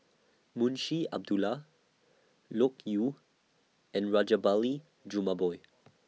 Munshi Abdullah Loke Yew and Rajabali Jumabhoy